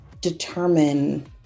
determine